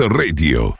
radio